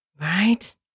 Right